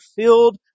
filled